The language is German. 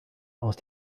aus